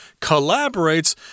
collaborates